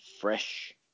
fresh